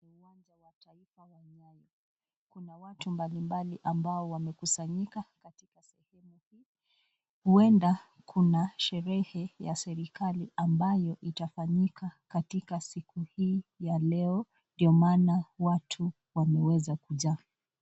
uwanja wa taifa wa nyayo. Kuna watu mbalimbali ambao wamekusanyika katika sehemu hii. Huenda kuna sherehe ya serikali ambayo itafanyika katika siku hii ya leo ndio maana watu wameweza kujaa.